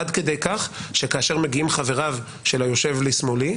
עד כדי כך שכאשר מגיעים חבריו של היושב לשמאלי,